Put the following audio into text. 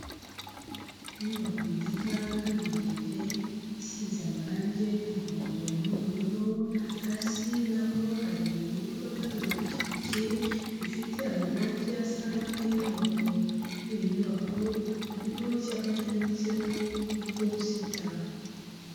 Inyubako nziza kandi ndende, isize amarangi y'umuhondo n'ubururu, hasi naho hari amamodoka n'amapikipiki, bifite amarangi asa nk'iyi nyubako, kuri iyi nyubako hariho icyapa cyanditseho iposita.